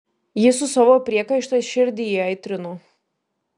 ji su savo priekaištais širdį įaitrino